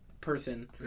person